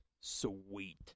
sweet